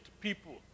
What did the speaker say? people